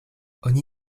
oni